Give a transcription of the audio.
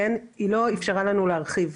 היא לא אפשרה לנו להרחיב.